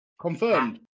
Confirmed